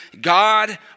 God